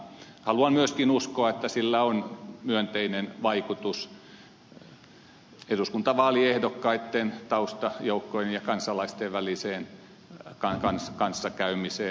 haluan myöskin uskoa että sillä on myönteinen vaikutus eduskuntavaaliehdokkaitten taustajoukkojen ja kansalaisten väliseen kanssakäymiseen